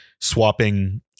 swapping